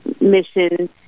mission